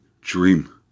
dream